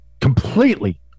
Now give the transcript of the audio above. completely